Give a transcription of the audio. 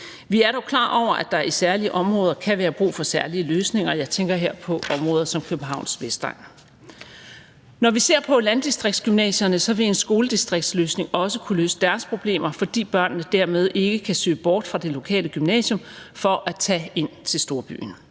Vi er dog klar over, at der i særlige områder kan være brug for særlige løsninger; jeg tænker her på områder som Københavns vestegn. Når vi ser på landdistriktsgymnasierne vil en skoledistriktsløsning også kunne løse deres problemer, fordi børnene dermed ikke kan søge bort fra det lokale gymnasium for at tage ind til storbyen.